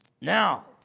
Now